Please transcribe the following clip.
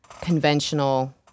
conventional